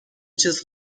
چیز